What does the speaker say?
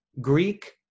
Greek